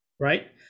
Right